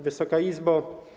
Wysoka Izbo!